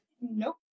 Nope